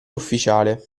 ufficiale